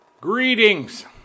Greetings